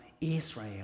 Israel